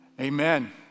amen